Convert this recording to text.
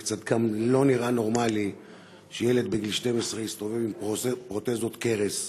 זה קצת לא נראה נורמלי שילד בגיל 12 יסתובב עם פרוטזות קרס